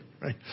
right